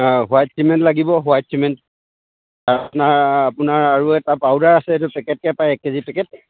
white cement লাগিব white cement তাৰ আপোনাৰ আপোনাৰ আৰু এটা পাউডাৰ আছে এইটো পেকেটকৈ পায় এক কেজি পেকেট